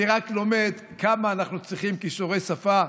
אני רק לומד כמה אנחנו צריכים כישורי שפה,